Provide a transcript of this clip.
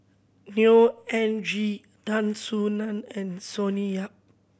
Neo Anngee Tan Soo Nan and Sonny Yap